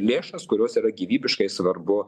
lėšas kurios yra gyvybiškai svarbu